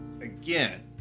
again